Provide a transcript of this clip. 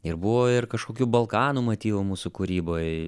ir buvo ir kažkokių balkanų motyvų mūsų kūryboj